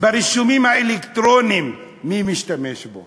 ברישומים האלקטרוניים, מי משתמש בו